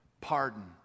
Pardon